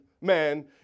man